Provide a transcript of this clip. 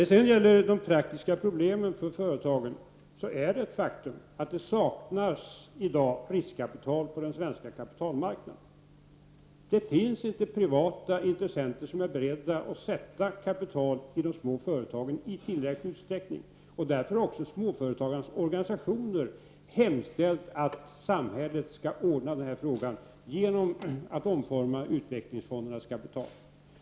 När det gäller de praktiska problemen för företagen är det ett faktum att det i dag saknas riskkapital på den svenska kapitalmarknaden. Det finns inte privata intressenter som är beredda att placera kapital i de små företagen i tillräcklig utsträckning. Därför har också småföretagarnas organisationer hemställt att samhället skall ordna den här frågan genom att omforma utvecklingsfondernas kapital.